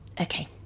Okay